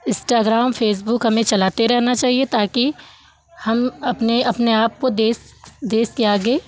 Instagram Facebook हमें चलाते रहना चाहिए ताकि हम अपने अपने आपको देश के आगे